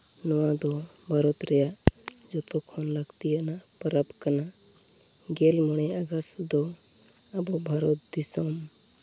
ᱱᱚᱣᱟ ᱫᱚ ᱵᱷᱟᱨᱚᱛ ᱨᱮᱭᱟᱜ ᱡᱚᱛᱚ ᱠᱷᱚᱱ ᱞᱟᱹᱠᱛᱤᱭᱟᱱᱟᱜ ᱯᱚᱨᱚᱵᱽ ᱠᱟᱱᱟ ᱜᱮᱞ ᱢᱚᱬᱮ ᱟᱜᱚᱥᱴ ᱫᱚ ᱟᱵᱚ ᱵᱷᱟᱨᱚᱛ ᱫᱤᱥᱚᱢ